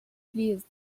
pleased